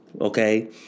Okay